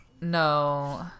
No